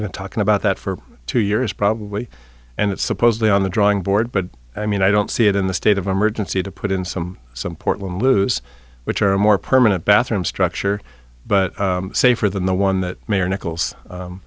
the talking about that for two years probably and it's supposedly on the drawing board but i mean i don't see it in the state of emergency to put in some some portland loos which are more permanent bathroom structure but safer than the one that mayor nickels